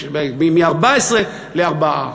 מ-14 ל-4.